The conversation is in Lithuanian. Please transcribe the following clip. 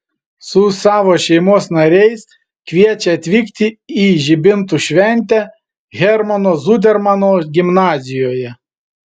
su savo šeimos nariais kviečia atvykti į žibintų šventę hermano zudermano gimnazijoje